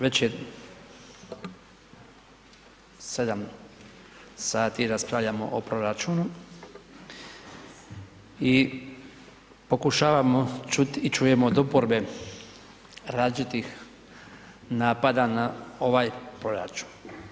Sedam sati raspravljamo o proračunu i pokušavamo čuti i čujemo od oporbe različitih napada na ovaj proračun.